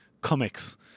comics